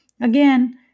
Again